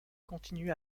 continuent